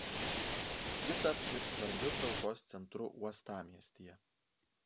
ji taps ir svarbiu traukos centru uostamiestyje